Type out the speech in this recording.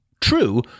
True